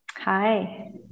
Hi